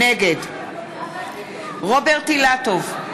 נגד רוברט אילטוב,